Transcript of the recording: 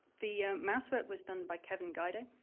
the mouse work was done by kevin gaido.